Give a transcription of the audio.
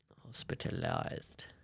hospitalized